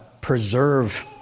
preserve